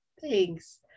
Thanks